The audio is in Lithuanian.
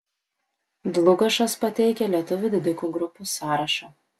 dlugošas pateikia lietuvių didikų grupių sąrašą